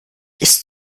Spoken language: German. ist